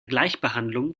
gleichbehandlung